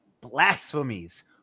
blasphemies